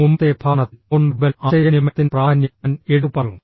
മുമ്പത്തെ പ്രഭാഷണത്തിൽ non verbal ആശയവിനിമയത്തിൻറെ പ്രാധാന്യം ഞാൻ എടുത്തുപറഞ്ഞു